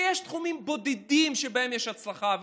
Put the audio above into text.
ויש תחומים בודדים שבהם יש הצלחה,